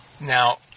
Now